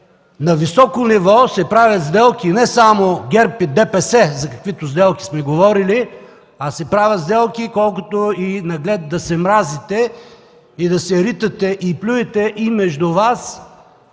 на високо ниво се правят сделки – не само ГЕРБ и ДПС, за каквито сделки сме говорили, а се правят сделки – колкото наглед да се мразите и ритате, и плюете, стават